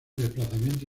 desplazamiento